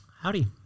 Howdy